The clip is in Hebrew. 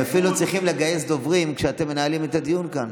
הם אפילו לא צריכים לדוברים כשאתם מנהלים את הדיון כאן.